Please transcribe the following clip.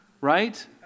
right